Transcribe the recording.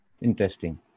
Interesting